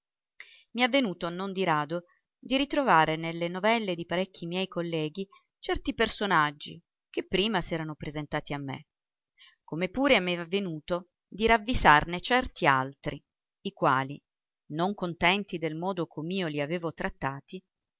i è avvenuto non di rado di ritrovare nelle novelle di parecchi miei colleghi certi personaggi che prima s'erano presentati a me come pure m'è avvenuto di ravvisarne certi altri i quali non contenti del modo com'io li avevo trattati